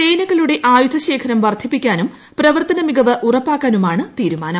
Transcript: സേനകളുടെ ആയുധ ശേഖരം വർദ്ധിപ്പിക്കാനും പ്രവർത്തന മികവ് ഉറപ്പാക്കാനുമാണ് തീരുമാനം